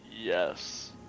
Yes